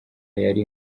yari